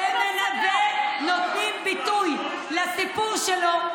ונותנים ביטוי לסיפור שלו,